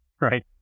right